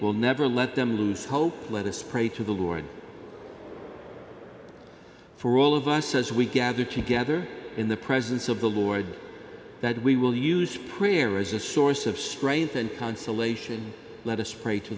will never let them lose hope let us pray to the lord for all of us as we gather together in the presence of the lord that we will use prayer as a source of strength and consolation let us pray to